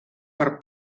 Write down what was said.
per